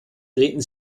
treten